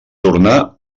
tornar